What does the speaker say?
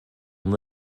and